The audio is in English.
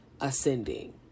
ascending